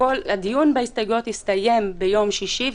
הדיון בהסתייגויות הסתיים ביום שישי,